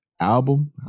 album